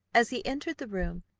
as he entered the room,